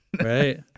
Right